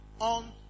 on